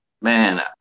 Man